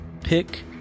Pick